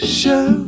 show